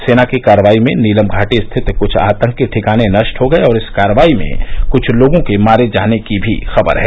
सेना की कार्रवाई में नीलम घाटी स्थित कुछ आतंकी ठिकाने नष्ट हो गये और इस कार्रवाई में कुछ लोगों के मारे जाने की भी खबर है